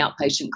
outpatient